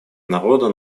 народа